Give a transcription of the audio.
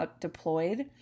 deployed